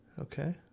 Okay